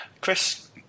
Chris